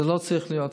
זה לא צריך להיות ככה.